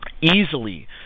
easily